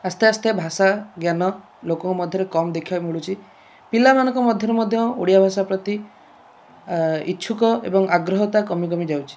ଆସ୍ତେ ଆସ୍ତେ ଭାଷା ଜ୍ଞାନ ଲୋକଙ୍କ ମଧ୍ୟରେ କମ ଦେଖିବାକୁ ମିଳୁଛି ପିଲାମାନଙ୍କ ମଧ୍ୟରେ ମଧ୍ୟ ଓଡ଼ିଆ ଭାଷା ପ୍ରତି ଇଚ୍ଛୁକ ବା ଆଗ୍ରହଟା କମି କମି ଯାଉଛି